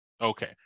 Okay